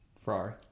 Ferrari